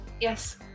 yes